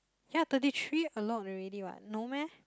ya thirty three a lot already what no meh